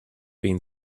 been